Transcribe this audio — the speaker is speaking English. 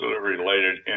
related